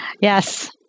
yes